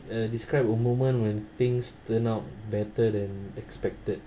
uh describe a moment when things turn out better than expected